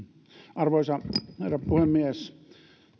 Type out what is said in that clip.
arvoisa herra puhemies